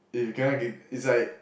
if you cannot get is like